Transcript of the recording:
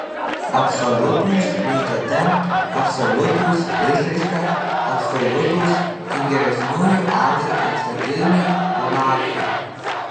absoliutūs vaizduote absoliutūs išraiška absoliutūs kaip geresniųjų amžių aukštakilmiai monarchai